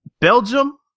Belgium